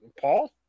Paul